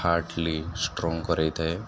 Hartley strong କରାଇ ଥାଏ